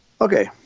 Okay